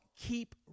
keep